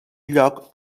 lloc